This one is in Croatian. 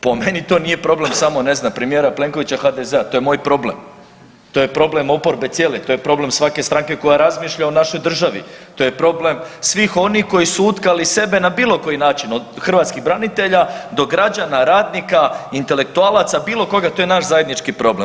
Po meni to nije problem samo ne znam premijera Plenkovića, HDZ-a, to je moj problem, to je problem oporbe cijele, to je problem svake stranke koja razmišlja o našoj državi, to je problem svih onih koji su utkali sebe na bilo koji način od hrvatskih branitelja do građana, radnika, intelektualaca bilo koga, to je naš zajednički problem.